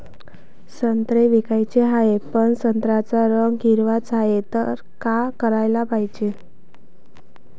संत्रे विकाचे हाये, पन संत्र्याचा रंग हिरवाच हाये, त का कराच पायजे?